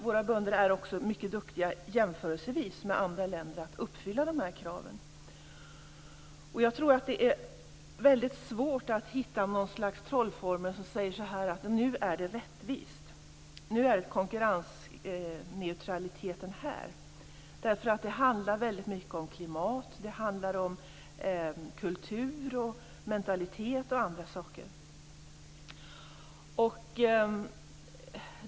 Våra bönder är också mycket duktiga på att uppfylla dessa krav i en jämförelse med andra länder. Jag tror att det är väldigt svårt att hitta något slags trollformel som säger att det nu är rättvist och att konkurrensneutraliteten är här. Det handlar väldigt mycket om klimat. Det handlar om kultur och mentalitet och andra saker.